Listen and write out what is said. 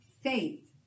faith